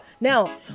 Now